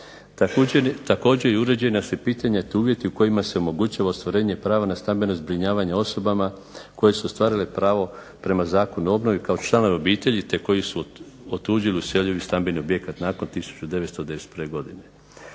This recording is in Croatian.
Također uređena su i pitanja te uvjeti u kojima se omogućava ostvarenje prava na stambeno zbrinjavanje osobama koje su ostvarile pravo prema Zakonu o obnovi, kao članovi obitelji, te koji su otuđili useljivi stambeni objekat nakon 1991. godine.